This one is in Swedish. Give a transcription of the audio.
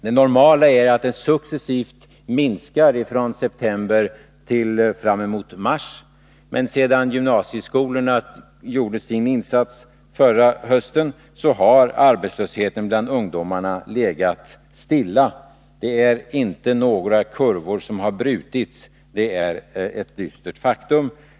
Det normala är att antalet successivt minskar från september till framemot mars, men sedan gymnasieskolorna gjorde sin insats förra hösten har arbetslösheten bland ungdomarna legat stilla. Det är inte några kurvor som har brutits. Det är ett dystert faktum.